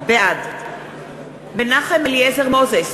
בעד מנחם אליעזר מוזס,